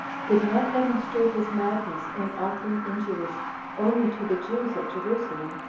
did not demonstrate his madness in offering injuries only to the jews at jerusalem,